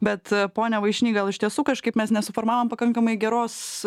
bet pone vaišny gal iš tiesų kažkaip mes nesuformavom pakankamai geros